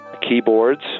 keyboards